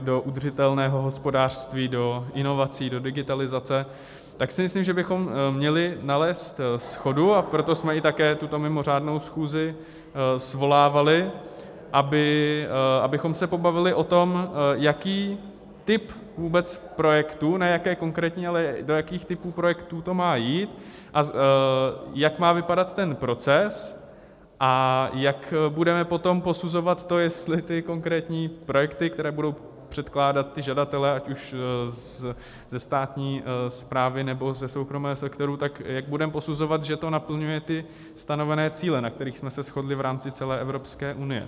Má to jít do udržitelného hospodářství, do inovací, do digitalizace, tak si myslím, že bychom měli nalézt shodu, a proto jsme i také tuto mimořádnou schůzi svolávali, abychom se pobavili o tom, jaký typ vůbec projektů, ne jaké konkrétní, ale do jakých typů projektů to má jít a jak má vypadat ten proces a jak budeme potom posuzovat to, jestli ty konkrétní projekty, které budou předkládat žadatelé ať už ze státní správy, nebo ze soukromého sektoru, tak jak budeme posuzovat, že to naplňuje ty stanovené cíle, na kterých jsme se shodli v rámci celé Evropské unie.